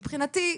מבחינתי,